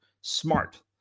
Smart